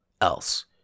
else